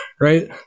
right